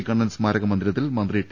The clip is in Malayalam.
കണ്ണൻ സ്മാരക മന്ദിരത്തിൽ മന്ത്രി ടി